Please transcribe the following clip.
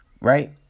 Right